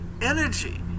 energy